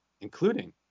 including